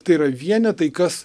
tai yra vienetai kas